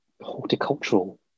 horticultural